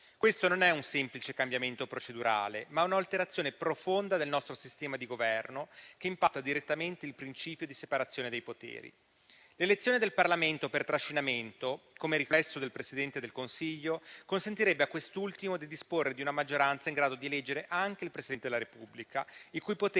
Questo non è un semplice cambiamento procedurale, ma è un'alterazione profonda del nostro sistema di Governo, che impatta direttamente il principio di separazione dei poteri. L'elezione del Parlamento, per trascinamento, come riflesso del Presidente del Consiglio, consentirebbe a quest'ultimo di disporre di una maggioranza in grado di eleggere anche il Presidente della Repubblica, i cui poteri